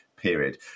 period